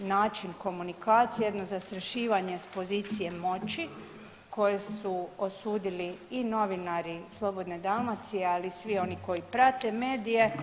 način komunikacije, jedno zastrašivanje s pozicije moći koje su osudili i novinari Slobodne Dalmacije, ali i svi oni koji prate medije.